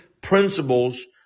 principles